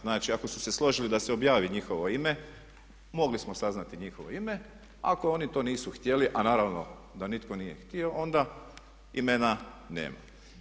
Znači ako su se složili da se objavi njihovo ime, mogli smo saznati njihovo ime, ako oni to nisu htjeli, a naravno da nitko nije htio onda imena nema.